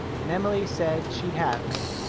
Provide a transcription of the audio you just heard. and emily said she'd have me.